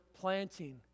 planting